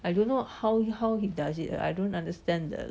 I don't how how he does it uh I don't understand the